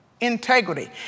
Integrity